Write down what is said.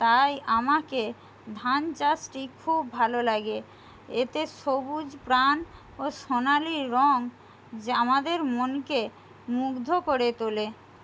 তাই আমাকে ধান চাষটি খুব ভালো লাগে এতে সবুজ প্রাণ ও সোনালি রঙ যা আমাদের মনকে মুগ্ধ করে তোলে